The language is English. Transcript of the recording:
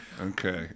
Okay